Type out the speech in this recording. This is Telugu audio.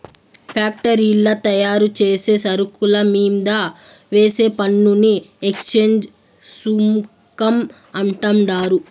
ఫ్యాక్టరీల్ల తయారుచేసే సరుకుల మీంద వేసే పన్నుని ఎక్చేంజ్ సుంకం అంటండారు